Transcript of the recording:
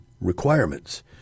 requirements